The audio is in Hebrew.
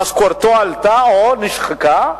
משכורתו עלתה או נשחקה,